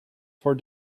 for